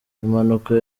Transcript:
impanuka